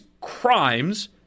crimes